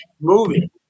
movie